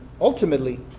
ultimately